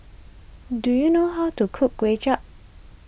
do you know how to cook Kway Chap